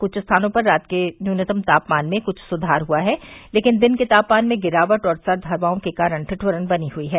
कुछ स्थानों पर रात के न्यूनतम तापमान में कुछ सुधार हुआ है लेकिन दिन में तापमान में गिरावट और सर्द हवाओं के कारण ठिठुरन बनी हुई है